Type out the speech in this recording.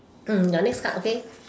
mm your next card okay